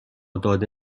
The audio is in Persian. داده